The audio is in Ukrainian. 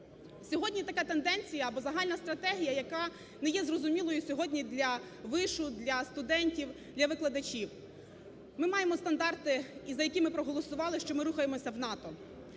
Сьогодні така тенденція або загальна стратегія, яка не є зрозумілою сьогодні для вишу, для студентів, для викладачів. Ми маємо стандарти, і за які ми проголосували, що ми рухаємося в НАТО.